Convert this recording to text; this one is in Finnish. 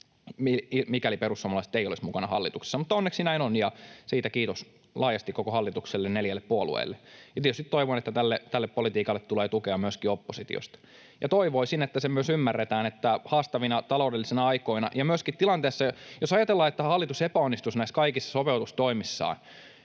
mikäli perussuomalaiset eivät olisi mukana hallituksessa, mutta onneksi näin on, ja siitä kiitos laajasti koko hallitukselle, neljälle puolueelle. Tietysti toivon, että tälle politiikalle tulee tukea myöskin oppositiosta. Ja toivoisin, että se myös ymmärretään, että haastavina taloudellisina aikoina ja myöskin tässä tilanteessa — jos ajatellaan, että hallitus epäonnistuisi näissä kaikissa sopeutustoimissaan,